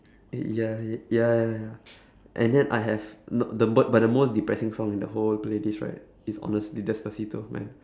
ya y~ ya ya and yet I have th~ the but the most depressing song in the whole playlist right is honestly despacito man